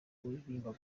uririmba